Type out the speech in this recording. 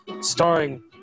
Starring